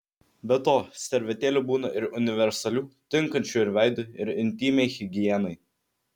be to servetėlių būna ir universalių tinkančių ir veidui ir intymiai higienai